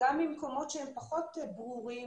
גם ממקומות שהם פחות ברורים,